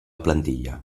plantilla